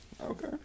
Okay